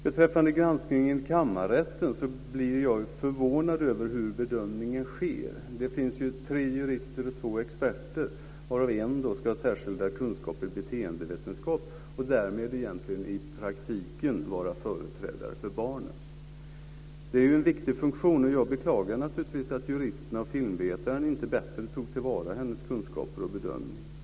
Beträffande granskningen i kammarrätten blir jag förvånad över hur bedömningen sker. Där finns tre jurister och två experter, varav en ska ha särskilda kunskaper i beteendevetenskap och därmed egentligen i praktiken vara företrädare för barnen. Det är en viktig funktion, och jag beklagar naturligtvis att juristerna och filmvetaren inte bättre tog till vara hennes kunskaper och bedömning.